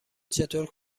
چطور